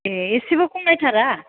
ए एसेबो खमायथारा